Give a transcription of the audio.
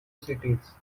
sites